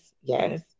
yes